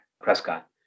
Prescott